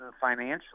financially